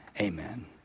amen